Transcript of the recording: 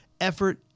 effort